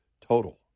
total